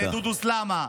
לדודו סלמה,